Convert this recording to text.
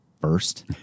first